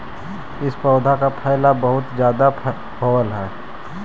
इस पौधे का फैलाव बहुत ज्यादा होवअ हई